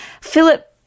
Philip